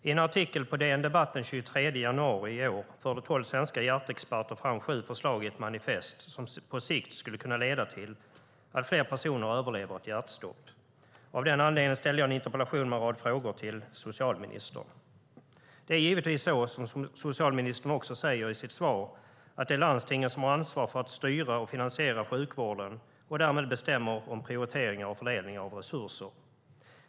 I en artikel på DN Debatt den 23 januari i år förde tolv svenska hjärtexperter fram sju förslag i ett manifest som på sikt kan leda till att fler personer överlever ett hjärtstopp. Av den anledningen ställde jag en interpellation med en rad frågor till socialministern. Det är givetvis så, vilket socialministern också sade i sitt svar, att det är landstingen som har ansvar för att styra och finansiera sjukvården och därmed bestämmer om prioriteringar och fördelning av resurser.